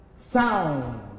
sound